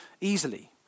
easily